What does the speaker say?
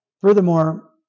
Furthermore